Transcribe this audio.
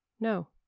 No